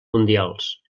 mundials